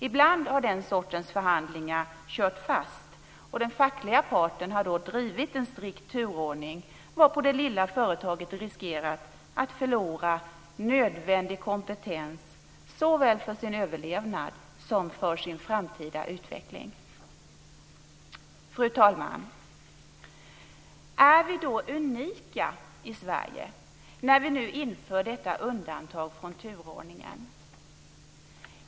Ibland har den sortens förhandlingar kört fast och den fackliga parten har då drivit en strikt turordning varpå det lilla företaget riskerar att förlora nödvändig kompetens såväl för överlevnad som för sin framtida utveckling. Fru talman! Är vi då unika i Sverige, när vi nu inför detta undantag från turordningen?